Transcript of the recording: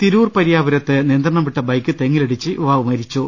തിരൂർ പ്രിയാപുരത്ത് നിയന്ത്രണം വിട്ട ബൈക്ക് തെങ്ങിലി ടിച്ച് യുവാവ് മരിച്ചു